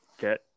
get